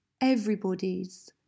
everybody's